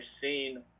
seen